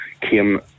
came